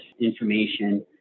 information